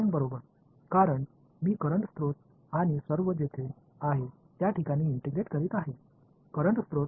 r சரிதானே ஏனென்றால் மின்சார மூலம் அனைத்தும் இருக்கும் இடத்தை நான் ஒருங்கிணைக்கிறேன்